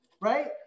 right